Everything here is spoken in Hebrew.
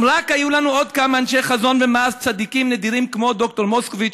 אם רק היו לנו עוד כמה אנשי חזון ומעש צדיקים נדירים כמו ד"ר מוסקוביץ,